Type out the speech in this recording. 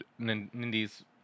nindy's